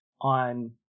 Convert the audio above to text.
on